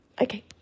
Okay